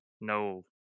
No